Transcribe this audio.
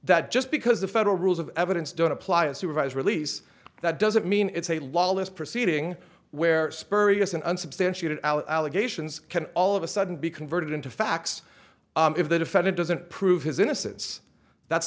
that just because the federal rules of evidence don't apply a supervised release that doesn't mean it's a lawless proceeding where spurious and unsubstantiated allegations can all of a sudden be converted into facts if the defendant doesn't prove his innocence that's